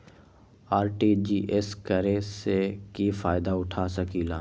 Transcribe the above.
RTGS करे से की फायदा उठा सकीला?